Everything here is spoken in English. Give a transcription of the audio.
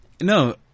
No